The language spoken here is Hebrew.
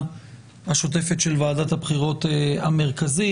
השוטפת של ועדת הבחירות המרכזית.